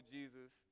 Jesus